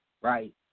right